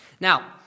Now